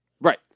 Right